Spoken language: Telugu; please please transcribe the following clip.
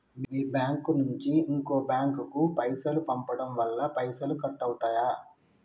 మీ బ్యాంకు నుంచి ఇంకో బ్యాంకు కు పైసలు పంపడం వల్ల పైసలు కట్ అవుతయా?